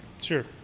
Sure